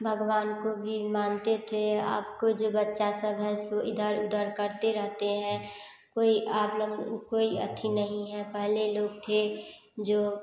भगवान को भी मानते थे अब के जो बच्चा सब हैं सो इधर उधर करते रहते हैं कोई कोई आप लोग अथी नहीं है पहले लोग थे जो